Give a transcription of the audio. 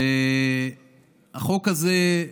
החוק הזה,